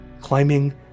climbing